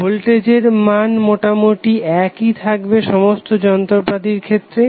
ভোল্টেজের মান মোটামুটি একই থাকবে সমস্ত যন্ত্রপাতির ক্ষেত্রে